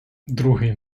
другий